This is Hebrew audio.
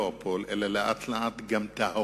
הדואופול של פעם, אלא לאט-לאט גם יהרגו